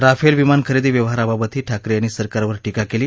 Rafale विमान खरेदी व्यवहाराबाबतही ठाकरे यांनी सरकारवर टीका केली